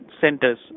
centers